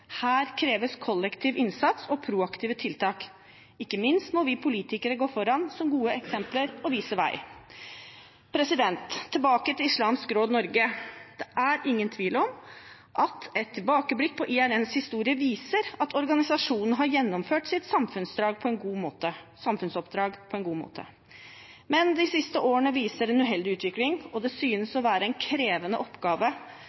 Her kreves kollektiv innsats og proaktive tiltak. Ikke minst må vi politikere gå foran med et godt eksempel og vise vei. Tilbake til Islamsk Råd Norge: Det er ingen tvil om at et tilbakeblikk på IRNs historie viser at organisasjonen har gjennomført sitt samfunnsoppdrag på en god måte. Men de siste årene viser en uheldig utvikling, og det synes å være en krevende oppgave